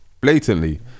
Blatantly